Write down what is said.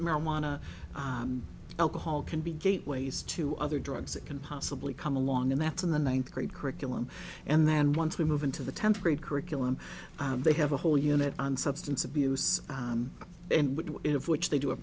marijuana alcohol can be gateways to other drugs that can possibly come along and that's in the ninth grade curriculum and then once we move into the tenth grade curriculum they have a whole unit on substance abuse of which they do a